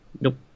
Nope